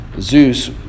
Zeus